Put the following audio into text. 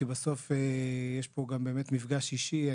כי בסוף יש פה גם באמת מפגש אישי.